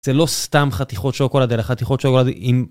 זה לא סתם חתיכות שוקולד, אלא חתיכות שוקולד עם...